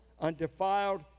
undefiled